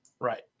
Right